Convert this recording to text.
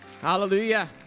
Hallelujah